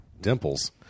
Dimples